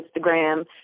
Instagram